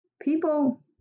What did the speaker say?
people